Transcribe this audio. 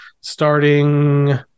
starting